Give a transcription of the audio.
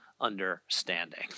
understanding